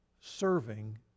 serving